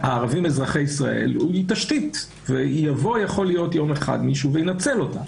הערבים אזרחי ישראל היא תשתית ויכול לבוא מישהו יום אחד ולנצל אותה.